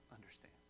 understand